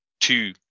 two